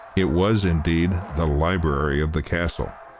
it was, indeed, the library of the castle,